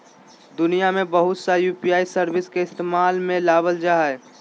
दुनिया में बहुत सा यू.पी.आई सर्विस के इस्तेमाल में लाबल जा हइ